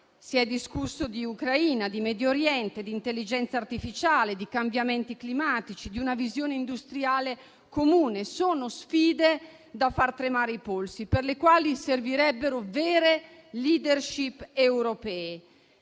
Si è discusso di Ucraina, di Medio Oriente, di intelligenza artificiale, di cambiamenti climatici, di una visione industriale comune: sono sfide da far tremare i polsi e per le quali servirebbero vere *leadership* europee.